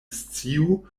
sciu